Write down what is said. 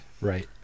Right